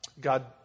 God